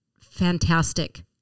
Fantastic